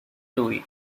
louis